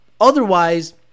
otherwise